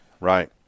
Right